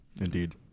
indeed